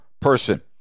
person